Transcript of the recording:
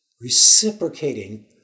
reciprocating